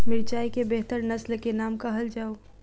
मिर्चाई केँ बेहतर नस्ल केँ नाम कहल जाउ?